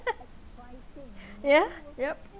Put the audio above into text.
yeah yup